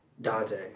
Dante